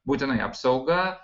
būtinai apsauga